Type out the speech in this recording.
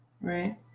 right